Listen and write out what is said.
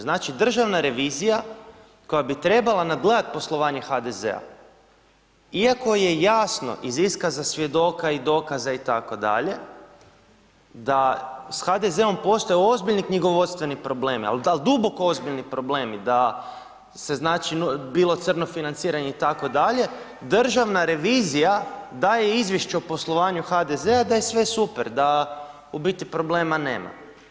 Znači, državna revizija koja bi trebala nadgledati poslovanje HDZ-a iako je jasno iz iskaza svjedoka i dokaza itd. da s HDZ-om postoje ozbiljni knjigovodstveni problemi, ali duboko ozbiljni problemi da se znači bilo crno financiranje itd. državna revizija daje Izvješće o poslovanju HDZ-a da je sve super, da u biti problema nema.